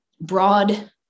broad